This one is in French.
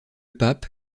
pape